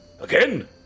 again